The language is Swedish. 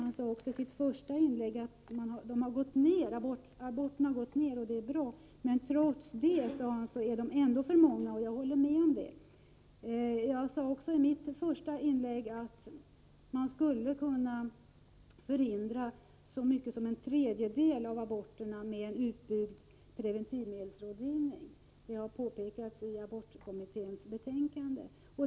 Han sade också i sitt första inlägg att antalet aborter har gått ned men att de trots detta ändå är för många. Jag håller med även om detta. I mitt första inlägg förklarade jag att man skulle kunna förhindra så mycket som en tredjedel av aborterna med en utbyggd preventivmedelsrådgivning. Det har påpekats i abortkommitténs betänkande.